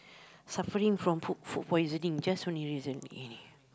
suffering from food food poisoning just only recently